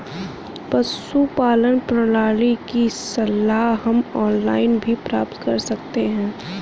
पशुपालन प्रणाली की सलाह हम ऑनलाइन भी प्राप्त कर सकते हैं